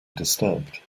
disturbed